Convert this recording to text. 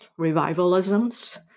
revivalisms